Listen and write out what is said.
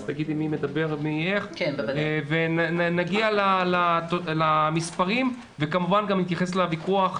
אז תגידי מי ידבר ונגיע למספרים וכמובן גם להתייחס לוויכוח,